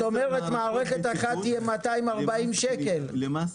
זאת אומרת מערכת אחת תהיה 240 שקל, בממוצע.